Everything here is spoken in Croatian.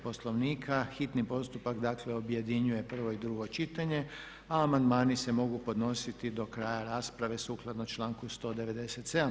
Poslovnika hitni postupak dakle objedinjuje prvo i drugo čitanje a amandmani se mogu podnositi do kraja rasprave sukladno članku 197.